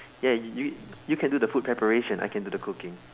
ya you you can do the food preparation I can do the cooking